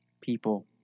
people